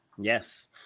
Yes